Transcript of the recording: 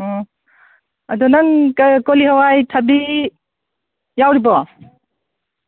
ꯎꯝ ꯑꯗꯣ ꯅꯪ ꯀꯣꯂꯤ ꯍꯥꯋꯥꯏ ꯊꯥꯕꯤ ꯌꯥꯎꯔꯤꯕꯣ